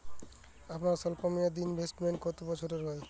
আপনাদের স্বল্পমেয়াদে ইনভেস্টমেন্ট কতো বছরের হয়?